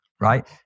right